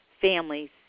families